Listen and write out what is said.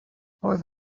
oedd